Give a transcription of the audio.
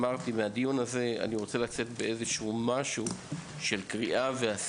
מהדיון הזה עם קריאה ועם עשייה,